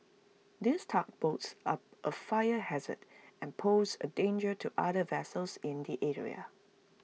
these tugboats are A fire hazard and pose A danger to other vessels in the area